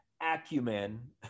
acumen